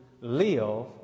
live